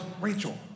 Rachel